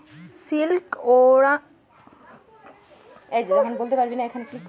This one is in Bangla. সিল্ক ওয়ার্ম হল তুঁত রেশম যা এক ধরনের পতঙ্গ যেখান থেকে সিল্ক হয়